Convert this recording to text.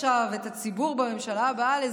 חבורה של,